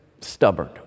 stubborn